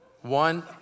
One